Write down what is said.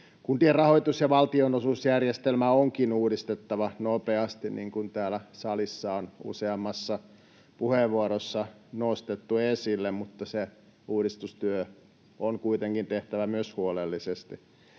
Kuntien rahoitus- ja valtionosuusjärjestelmä onkin uudistettava nopeasti, niin kuin täällä salissa on useammassa puheenvuorossa nostettu esille, mutta se uudistustyö on kuitenkin tehtävä myös huolellisesti.